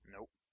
Nope